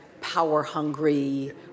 power-hungry